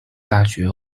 大学